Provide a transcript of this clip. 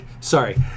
sorry